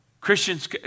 Christians